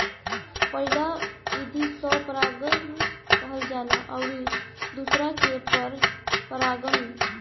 पहिला विधि स्व परागण कहल जाला अउरी दुसरका के पर परागण